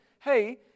hey